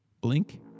Blink